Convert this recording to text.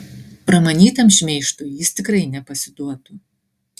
pramanytam šmeižtui jis tikrai nepasiduotų